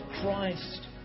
Christ